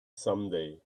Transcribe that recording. someday